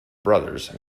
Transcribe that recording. brothers